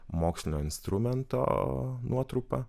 mokslinio instrumento nuotrupa